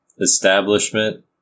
establishment